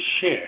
share